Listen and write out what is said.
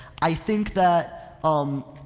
i think that, um,